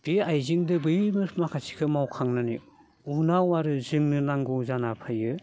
बे आइजेंदो बै बो माखासेखौ मावखांनानै उनाव आरो जोंनो नांगौ जाना फैयो